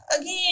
again